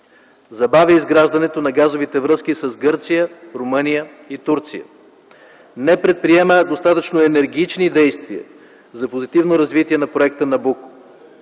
забавя изграждането на газовите връзки с Гърция, Румъния и Турция, не предприема достатъчно енергични действия за позитивно развитие на проекта „Набуко”.